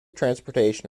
transportation